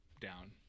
down